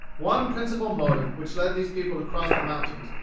one principal motive which led these people to cross the mountains,